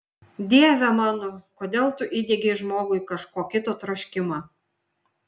dieve mano kodėl tu įdiegei žmogui kažko kito troškimą